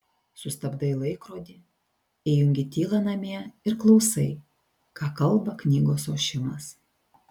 sustabdai laikrodį įjungi tylą namie ir klausai ką kalba knygos ošimas